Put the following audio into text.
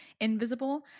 invisible